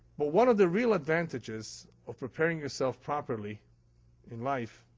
but, one of the real advantages of preparing yourself properly in life,